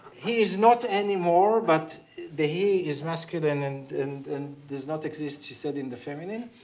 he is not anymore, but the he is masculine and and does not exist she said in the feminine.